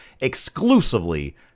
exclusively